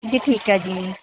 ਜੀ ਠੀਕ ਹੈ ਜੀ